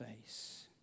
face